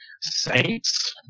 Saints